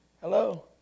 Hello